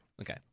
Okay